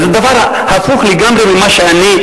וזה דבר הפוך לגמרי ממה שאני,